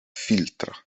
filtra